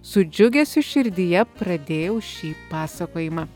su džiugesiu širdyje pradėjau šį pasakojimą